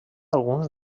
alguns